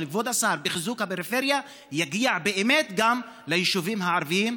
של כבוד השר בחיזוק הפריפריה יגיע באמת גם ליישובים הערביים,